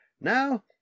now